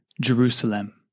jerusalem